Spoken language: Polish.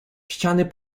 ściany